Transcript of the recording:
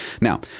Now